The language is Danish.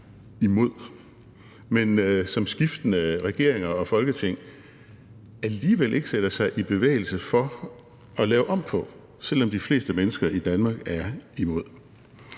imod, men som skiftende regeringer og Folketing alligevel ikke sætter sig i bevægelse for at lave om på, selv om de fleste mennesker i Danmark er imod.